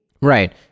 Right